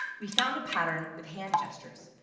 we found a pattern with hand gestures.